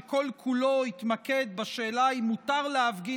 שכל-כולו התמקד בשאלה אם מותר להפגין